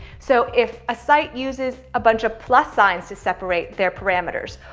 so if a site uses a bunch of plus signs to separate their parameters.